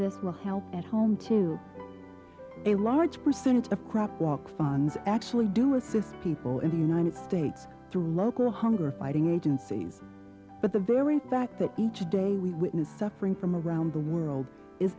this will help at home to a large percentage of crop walk fons actually do assist people in the united states through local hunger fighting agencies but the very fact that each day we witness suffering from around the world is